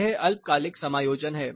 यह एक अल्पकालिक समायोजन है